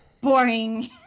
boring